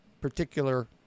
particular